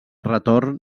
retorn